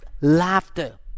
laughter